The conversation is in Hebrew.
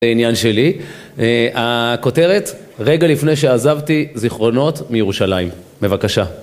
עניין שלי, הכותרת: "רגע לפני שעזבתי - זיכרונות מירושלים", בבקשה.